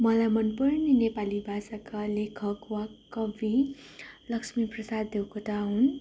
मलाई मनपर्ने नेपाली भाषाका लेखक वा कवि लक्ष्मीप्रसाद देवकोटा हुन्